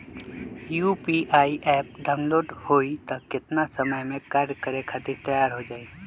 UPI app download होई त कितना समय मे कार्य करे खातीर तैयार हो जाई?